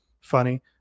funny